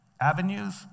avenues